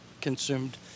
consumed